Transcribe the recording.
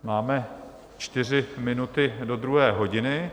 Máme čtyři minuty do druhé hodiny.